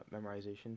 memorization